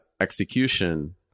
execution